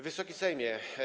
Wysoki Sejmie!